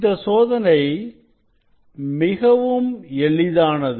இந்த சோதனை மிகவும் எளிதானது